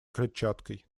клетчаткой